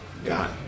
God